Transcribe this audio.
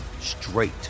straight